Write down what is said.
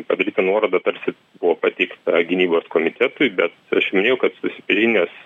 padaryta nuoroda tarsi buvo pateikta gynybos komitetui bet aš minėjau kad susipažinęs